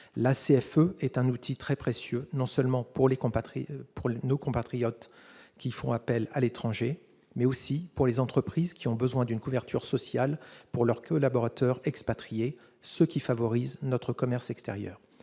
La CFE est un outil très précieux non seulement pour nos compatriotes qui y font appel à l'étranger, mais aussi pour les entreprises qui ont besoin d'une couverture sociale pour leurs collaborateurs expatriés, ce qui favorise notre commerce extérieur.